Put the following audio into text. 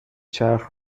چرخ